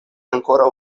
ankoraŭ